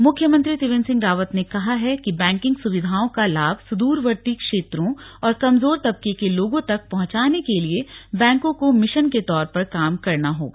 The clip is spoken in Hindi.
बैठक मुख्यमंत्री त्रिवेन्द्र सिंह रावत ने कहा है कि बैंकिंग सुविधाओं का लाभ सूद्रवर्ती क्षेत्रों और कमजोर तबके के लोगों तक पहंचाने के लिए बैंकों को मिशन के तौर पर काम करना होगा